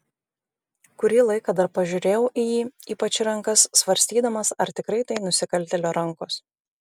kurį laiką dar pažiūrėjau į jį ypač į rankas svarstydamas ar tikrai tai nusikaltėlio rankos